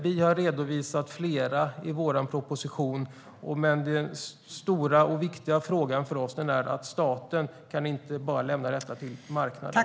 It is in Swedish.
Vi har redovisat flera i vår proposition, men den stora och viktiga frågan för oss är att staten inte bara kan lämna detta till marknaden.